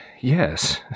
yes